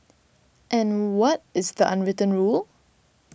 and what is the unwritten rule